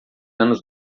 anos